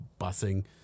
busing